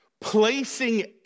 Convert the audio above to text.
placing